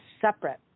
separate